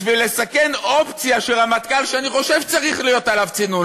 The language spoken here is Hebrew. בשביל לסכן אופציה של רמטכ"ל שאני חושב שצריך להיות עליו צינון,